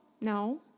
No